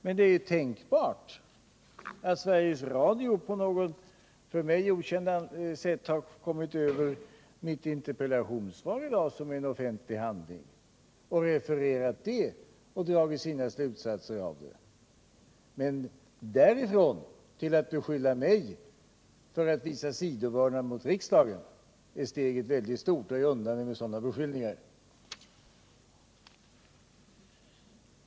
Men det är tänkbart att Sveriges Radio på något för mig okänt sätt har kommit över mitt interpellationssvar, som är en offentlig handling, och refererat det och dragit sina slutsatser. Men därifrån till att beskylla mig för att visa sidovördnad mot riksdagen är steget verkligen stort, och jag undanber mig sådana beskyllningar.